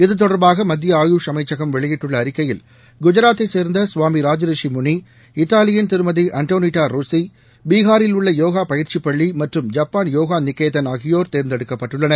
இது தொடர்பாக மத்திய ஆயுஷ் அமைச்சகம் வெளியிட்டுள்ள அறிக்கையில் குஜராத்தை சேர்ந்த சுவாமி ராஜ ரிசி முனி இத்தாலியின் திருமதி அண்டோளிட்டா ரோசி பீகாரில் உள்ள யோகா பயிற்சி பள்ளி மற்றும் ஜப்பான் யோகா நிகேதன் ஆகியோர் தேர்ந்தெடுக்கப்பட்டுள்ளனர்